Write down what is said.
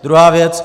Druhá věc.